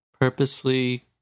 purposefully